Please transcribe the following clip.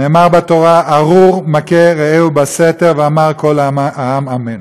נאמר בתורה: "ארור מכה רעהו בסתר ואמר כל העם אמן".